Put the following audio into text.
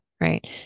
Right